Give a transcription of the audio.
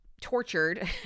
tortured